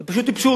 זאת פשוט טיפשות.